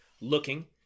Looking